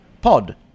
POD